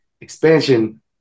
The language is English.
expansion